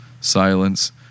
silence